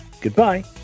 Goodbye